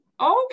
Okay